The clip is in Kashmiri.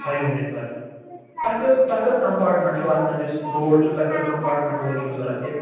فایِو ممبر تۄہہِ کٔژ تۄہہِ کٔژ کمپاٹمٮ۪نٛٹ چھُو اَتھ منٛز یُس بوٹ چھُو تۄہہِ کٔژ کمپاٹمٮ۪نٛٹ وول چھُو ضروٗرت یہِ